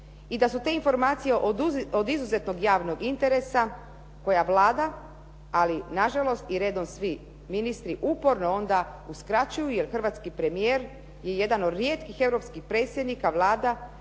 i da su te informacije od izuzetnog javnog interesa koja Vlada ali na žalost i redom svi ministri uporno onda uskraćuju jer hrvatski premijer je jedan od rijetkih europskih predsjednika Vlada